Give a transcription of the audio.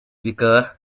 bikaba